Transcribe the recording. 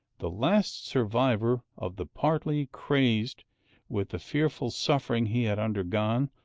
the last survivor of the partly, crazed with the fearful suffering he had under gone,